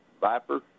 Viper